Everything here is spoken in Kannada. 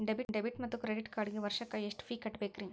ಡೆಬಿಟ್ ಮತ್ತು ಕ್ರೆಡಿಟ್ ಕಾರ್ಡ್ಗೆ ವರ್ಷಕ್ಕ ಎಷ್ಟ ಫೇ ಕಟ್ಟಬೇಕ್ರಿ?